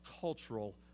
cultural